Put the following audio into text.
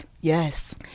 Yes